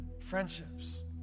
friendships